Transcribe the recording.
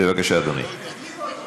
בבקשה, אדוני.